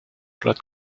flat